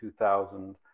2000